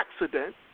accident